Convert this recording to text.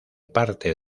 parte